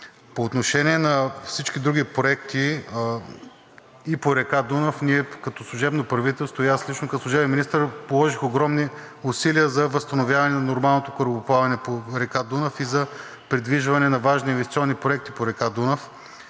По отношение на всички други проекти. По река Дунав ние – като служебно правителство и аз лично като служебен министър, положихме огромни усилия за възстановяване на нормалното корабоплаване по река Дунав и за придвижване на важни инвестиционни проекти по река Дунав.